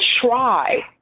try